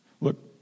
Look